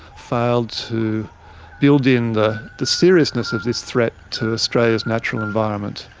failed to build in the the seriousness of this threat to australia's natural environment.